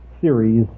series